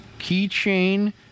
keychain